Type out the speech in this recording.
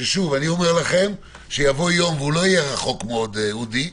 שוב - יבוא יום ולא יהיה רחוק שתגידו